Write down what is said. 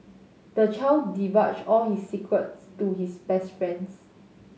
the child divulged all his secrets to his best friends